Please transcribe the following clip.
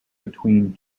between